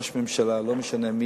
שר הבריאות, ראש הממשלה, לא משנה מי,